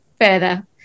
further